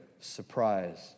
surprise